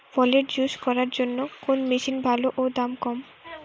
ফলের জুস করার জন্য কোন মেশিন ভালো ও দাম কম?